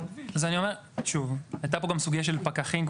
הייתה פה גם סוגיה של פקחים.